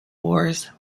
wars